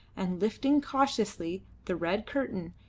and lifting cautiously the red curtain,